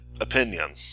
opinion